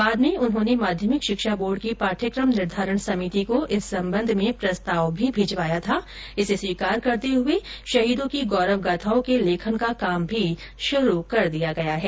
बाद में उन्होंने माध्यमिक शिक्षा बोर्ड की पाठ्यक्रम निर्धारण समिति को इस संबंध में प्रस्ताव भी भिजवाया था जिसे स्वीकार करते हुए शहीदों की गौरव गाथाओं के लेखन का काम शुरू भी कर दिया गया है